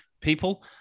people